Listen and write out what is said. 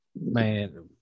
man